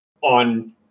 on